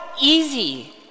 easy